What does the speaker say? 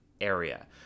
area